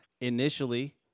initially